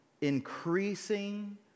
increasing